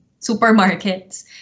supermarkets